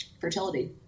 fertility